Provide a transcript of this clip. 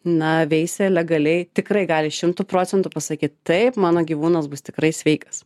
na veisė legaliai tikrai gali šimtu procentų pasakyt taip mano gyvūnas bus tikrai sveikas